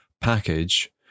package